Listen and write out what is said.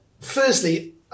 Firstly